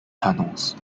tunnels